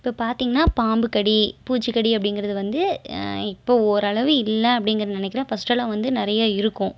இப்போ பார்த்திங்கன்னா பாம்பு கடி பூச்சி கடி அப்படிங்குறது வந்து இப்போ ஓரளவு இல்லை அப்படிங்கறது நினைக்குறேன் ஃப்ர்ஸ்டெல்லாம் வந்து நிறைய இருக்கும்